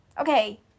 Okay